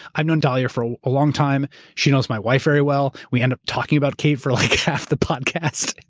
i've known dahlia for a long time. she knows my wife very well. we end up talking about kate for like half the podcast.